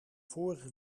vorig